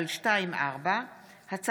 פ/3427/24 וכלה בהצעת חוק פ/3555/24: